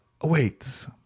awaits